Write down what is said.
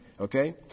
Okay